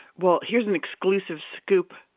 well here's an exclusive scoop.